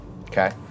Okay